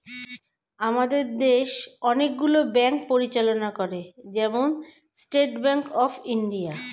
আমাদের দেশ অনেক গুলো ব্যাঙ্ক পরিচালনা করে, যেমন স্টেট ব্যাঙ্ক অফ ইন্ডিয়া